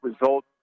result